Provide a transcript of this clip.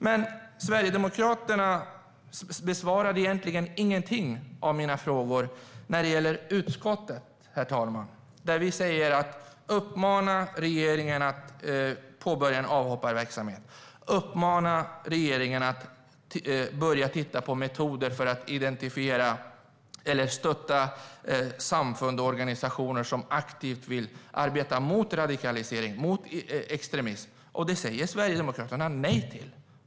Men Sverigedemokraterna besvarade ingen av mina frågor när det gäller utskottet. Vi uppmanar regeringen att påbörja en avhopparverksamhet, att börja titta på metoder för att identifiera eller stötta samfund och organisationer som aktivt vill arbeta mot radikalisering och mot extremism. Det säger Sverigedemokraterna nej till.